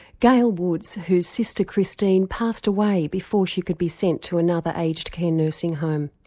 gail woods whose sister christine passed away before she could be sent to another aged care nursing home.